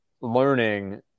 learning